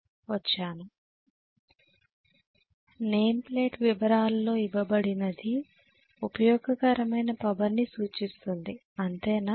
విద్యార్థి name plate వివరాలలో ఇవ్వబడినది ఉపయోగకరమైన పవర్ని సూచిస్తుంది అంతేనా